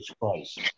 Christ